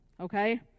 okay